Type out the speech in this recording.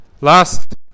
Last